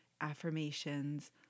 affirmations